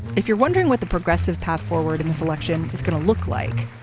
if you're wondering what the progressive path forward in this election is going to look like,